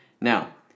Now